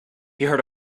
heard